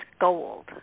gold